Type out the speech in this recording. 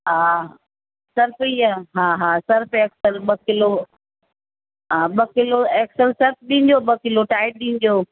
हा सर्फ़ इअ हा हा सर्फ़ एक्सिल ॿ किलो हा ॿ किलो एक्सिल सर्फ़ ॾिजो ॿ किलो टाइड ॾिजो